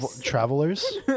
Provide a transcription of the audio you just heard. Travelers